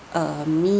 err me